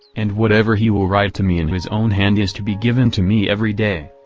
and whatever he will write to me in his own hand is to be given to me every day.